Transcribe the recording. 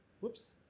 Whoops